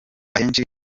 ahenshi